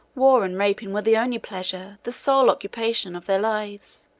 war and rapine were the only pleasure, the sole occupation, of their lives.